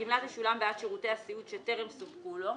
הגמלה תשולם בעד שירותי הסיעוד שטרם סופקו לו,